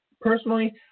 Personally